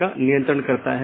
बल्कि कई चीजें हैं